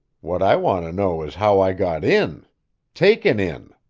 what i want to know is how i got in taken in.